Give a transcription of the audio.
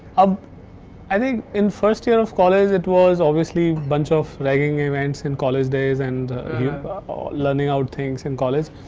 um i think in first year of college it was obviously bunch of ragging events in college days and ah learning out things in college.